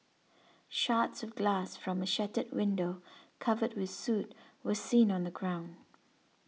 shards of glass from a shattered window covered with soot were seen on the ground